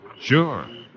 Sure